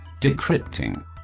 decrypting